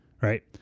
right